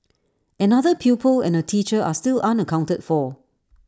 another pupil and A teacher are still unaccounted for